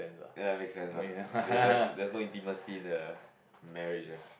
ya make sense lah there there's there's no intimacy in the marriage eh